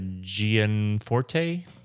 Gianforte